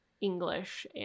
English